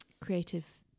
creative